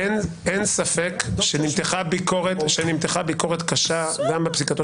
אין ספק שנמתחה ביקורת קשה גם בפסיקתו